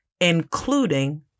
including